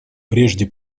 прежде